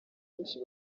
benshi